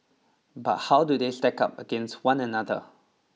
but how do they stack up against one another